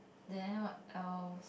then what else